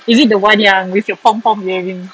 is it the one ya with your pom pom earrings